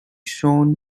shown